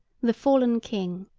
the fallen king,